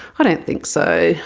ah don't think so.